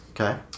Okay